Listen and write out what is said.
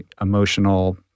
emotional